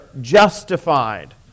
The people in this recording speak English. justified